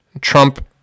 Trump